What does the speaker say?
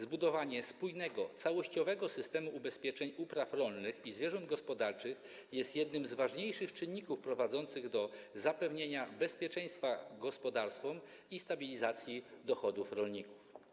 Zbudowanie spójnego, całościowego systemu ubezpieczeń upraw rolnych i zwierząt gospodarskich jest jednym z ważniejszych czynników prowadzących do zapewnienia bezpieczeństwa gospodarstwom i stabilizacji dochodów rolników.